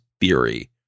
theory